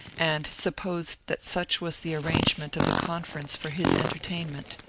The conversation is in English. and supposed that such was the arrangement of the conference for his entertainment.